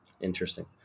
Interesting